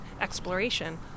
exploration